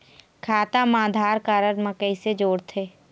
खाता मा आधार कारड मा कैसे जोड़थे?